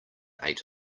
ate